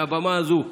מהבמה הזאת,